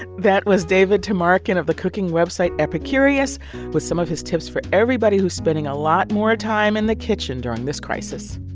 that was david tamarkin of the cooking website epicurious with some of his tips for everybody who's spending a lot more time in the kitchen during this crisis